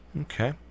okay